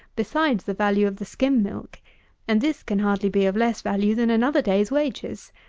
besides the value of the skim milk and this can hardly be of less value than another day's wages.